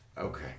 Okay